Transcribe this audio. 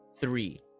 three